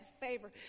favor